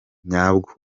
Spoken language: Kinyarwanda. nyabwo